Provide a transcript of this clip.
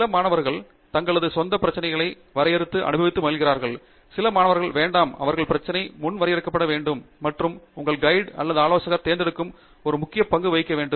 சில மாணவர்கள் தங்களது சொந்த பிரச்சினைகளை வரையறுத்து அனுபவித்து மகிழ்கிறார்கள் சில மாணவர்கள் வேண்டாம் அவர்கள் பிரச்சனை முன் வரையறுக்கப்பட வேண்டும் மற்றும் உங்கள் கைடு அல்லது ஆலோசகர் தேர்ந்தெடுக்கும் ஒரு முக்கிய பங்கு வகிக்க வேண்டும்